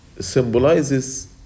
symbolizes